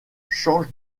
change